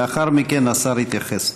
לאחר מכן השר יתייחס.